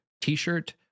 t-shirt